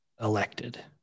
elected